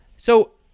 so,